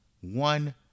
One